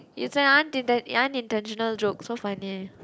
it's an unintentio~ unintentional joke so funny